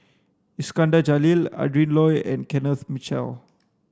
Iskandar Jalil Adrin Loi and Kenneth Mitchell